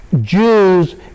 Jews